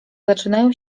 zaczynają